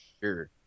sure